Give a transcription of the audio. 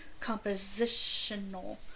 compositional